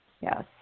Yes